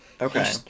Okay